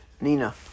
Nina